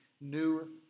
new